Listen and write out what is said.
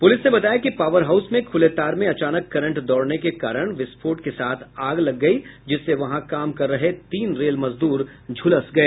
police ने बताया कि पावर हाउस में खुले तार में अचानक करंट दौड़ने के कारण विस्फोट के साथ आग लग गई जिससे वहां काम कर रहे तीन रेल मजदूर झुलस गए